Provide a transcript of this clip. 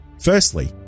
Firstly